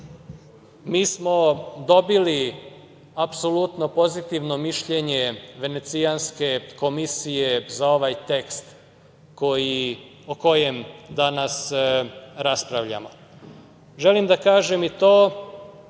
mi smo dobili apsolutno pozitivno mišljenje Venecijanske komisije za ovaj tekst o kojem danas raspravljamo. Želim da kažem i to